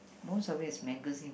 most of it is magazines